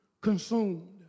consumed